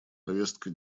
повестка